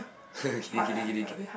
kidding kidding kidding kidding